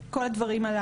ואם זה כל הדברים הללו.